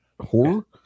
horror